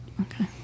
Okay